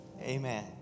amen